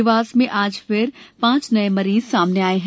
देवास में आज फिर पांच नये मरीज सामने आये है